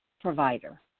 provider